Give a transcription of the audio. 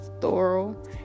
thorough